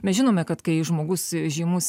mes žinome kad kai žmogus žymus